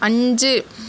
அஞ்சு